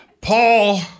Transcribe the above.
Paul